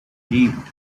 leaped